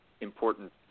important